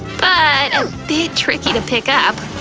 but a bit tricky to pick up.